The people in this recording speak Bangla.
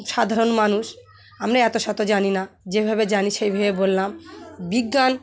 সাধারণ মানুষ আমরা অত শত জানি না যেভাবে জানি সেভাবে বললাম বিজ্ঞান